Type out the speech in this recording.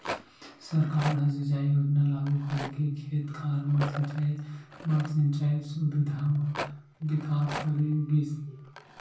सरकार ह सिंचई योजना लागू करके खेत खार म सिंचई बर सिंचई सुबिधा म बिकास करे गिस